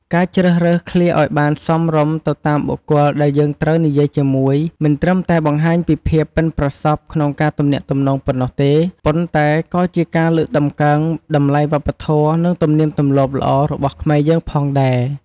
ការជ្រើសរើសឃ្លាឱ្យបានសមរម្យទៅតាមបុគ្គលដែលយើងត្រូវនិយាយជាមួយ មិនត្រឹមតែបង្ហាញពីភាពប៉ិនប្រសប់ក្នុងការទំនាក់ទំនងប៉ុណ្ណោះទេ ប៉ុន្តែក៏ជាការលើកតម្កើងតម្លៃវប្បធម៌ និងទំនៀមទម្លាប់ល្អរបស់ខ្មែរយើងផងដែរ។